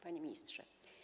Panie Ministrze!